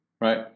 right